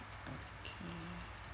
okay